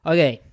Okay